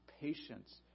patience